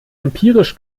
empirisch